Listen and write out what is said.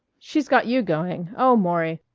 she's got you going oh, maury!